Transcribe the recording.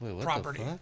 property